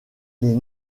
les